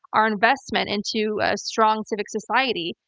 our investment into a strong civic society.